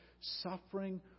Suffering